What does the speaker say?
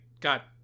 got